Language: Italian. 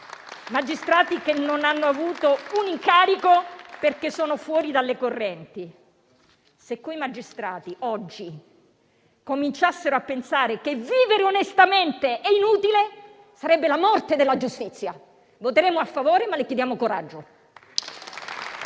magistrati che non hanno avuto un incarico, perché sono fuori dalle correnti. Se quei magistrati oggi cominciassero a pensare che vivere onestamente è inutile, sarebbe la morte della giustizia. Voteremo a favore, ma le chiediamo coraggio!